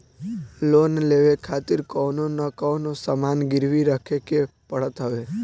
loan लेवे खातिर कवनो न कवनो सामान गिरवी रखे के पड़त हवे